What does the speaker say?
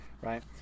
right